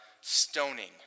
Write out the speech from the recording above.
stoning